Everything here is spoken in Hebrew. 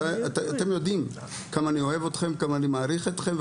אתם יודעים כמה אני אוהב אתכם ומעריך אתכם,